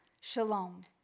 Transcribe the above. shalom